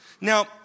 Now